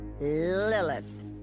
Lilith